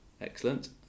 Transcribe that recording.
Excellent